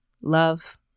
love